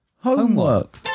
Homework